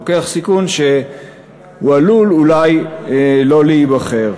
לוקח סיכון שהוא עלול אולי לא להיבחר.